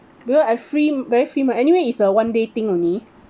because I free very free mah anyway is a one day thing only